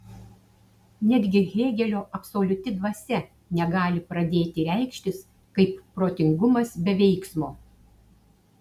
netgi hėgelio absoliuti dvasia negali pradėti reikštis kaip protingumas be veiksmo